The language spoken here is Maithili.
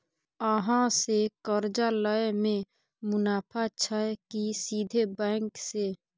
अहाँ से कर्जा लय में मुनाफा छै की सीधे बैंक से?